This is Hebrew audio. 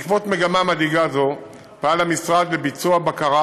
בעקבות מגמה מדאיגה זו, פעל המשרד לביצוע בקרה